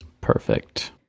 perfect